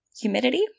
Humidity